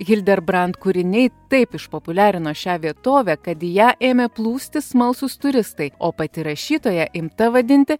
hilderbrand kūriniai taip išpopuliarino šią vietovę kad į ją ėmė plūsti smalsūs turistai o pati rašytoja imta vadinti